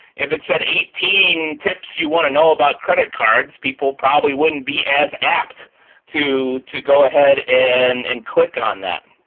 if it said eighteen tips you want to know about credit cards, people probably wouldn't be as apt to to go ahead and and click on that.